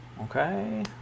okay